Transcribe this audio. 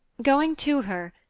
going to her,